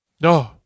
No